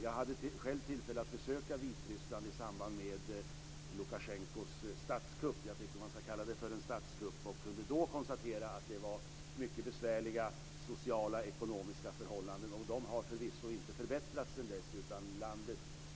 Jag hade själv tillfälle att besöka Vitryssland i samband med Lukasjenkos statskupp. Jag tycker att man ska kalla det för en statskupp. Jag kunde då konstatera att de sociala och ekonomiska förhållandena var mycket besvärliga, och de har förvisso inte förbättrats sedan dess.